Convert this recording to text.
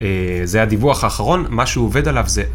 זה הדיווח האחרון, מה שהוא עובד עליו זה..